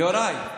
יוראי,